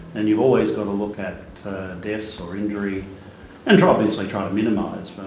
and you've always got to look at deaths or injury and obviously try to